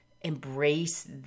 embrace